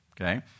okay